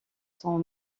sont